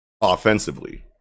offensively